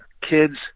Kids